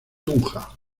tunja